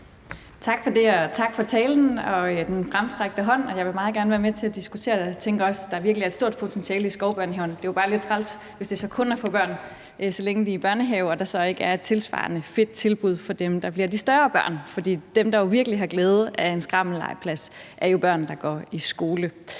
Tak for det, og tak for talen og den fremstrakte hånd. Jeg vil meget gerne være med til at diskutere det, og jeg tænker også, at der virkelig er et stort potentiale i skovbørnehaven. Det er jo bare lidt træls, hvis det så kun er for børn, så længe de er i børnehave, og at der så ikke er et tilsvarende fedt tilbud for de større børn, for dem, der jo virkelig har glæde af en skrammellegeplads, er børn, der går i skole.